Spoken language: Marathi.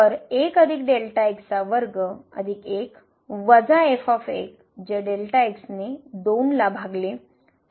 तर वजा f जे ने 2 ला भागले